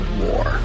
war